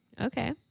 Okay